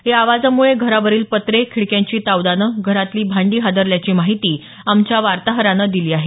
या आवाजामुळं घरावरील पत्रे खिडक्यांची तावदानं घरातली भांडी हादरल्याची माहिती आमच्या वार्ताहरानं दिली आहे